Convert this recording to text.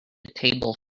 table